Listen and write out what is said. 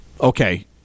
Okay